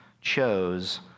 chose